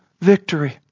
victory